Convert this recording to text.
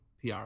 PR